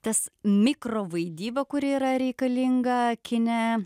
tas mikrovaidyba kuri yra reikalinga kine